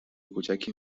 کوچکی